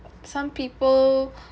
some people